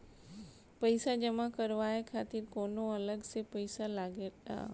पईसा जमा करवाये खातिर कौनो अलग से पईसा लगेला?